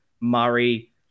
Murray